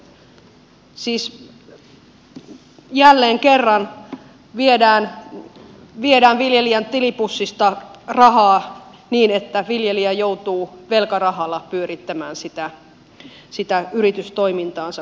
siis jälleen kerran viedään viljelijän tilipussista rahaa niin että viljelijä joutuu velkarahalla pyörittämään yritystoimintaansa